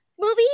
movie